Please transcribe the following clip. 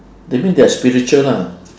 that mean they are spiritual lah